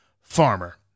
farmer